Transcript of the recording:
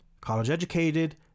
college-educated